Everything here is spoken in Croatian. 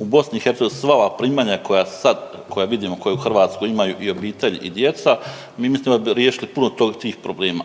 u BiH sva ova primanja koja sad, koja vidimo koja u Hrvatskoj imaju i obitelj i djeca mi mislimo da bi riješili puno tih problema,